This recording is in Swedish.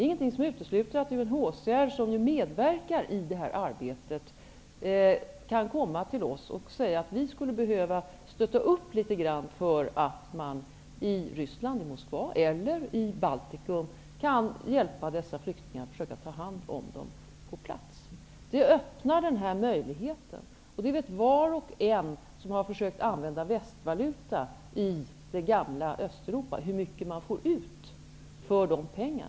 Inget utesluter att UNHCR, som medverkar i detta arbete, skulle kunna göra en förfrågan till oss huruvida vi skulle vilja stödja ett omhändertagande på platsen av dessa flyktingar, i Moskva i Ryssland eller i Baltikum. Vi öppnar denna möjlighet. Var och en som har försökt använda västvaluta i det gamla Östeuropa vet hur mycket man kan få ut för dessa pengar.